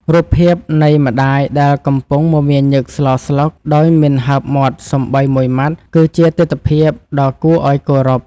រូបភាពនៃម្ដាយដែលកំពុងមមាញឹកស្លស្លុកដោយមិនហើបមាត់សូម្បីមួយម៉ាត់គឺជាទិដ្ឋភាពដ៏គួរឱ្យគោរព។